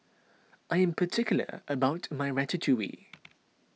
I am particular about my Ratatouille